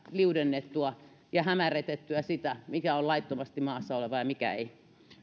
liudennettua ja hämärrytettyä sitä mikä on laittomasti maassa oleva ja mikä ei